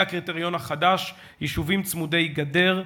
והקריטריון החדש, יישובים צמודי גדר,